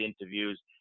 interviews